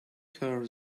her